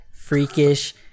Freakish